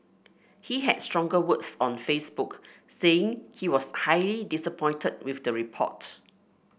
he had stronger words on Facebook saying he was highly disappointed with the report